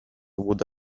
would